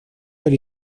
del